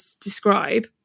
describe